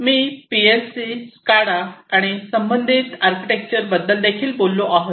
मी PLC SCADA आणि संबंधित आर्किटेक्चरबद्दल देखील बोललो आहे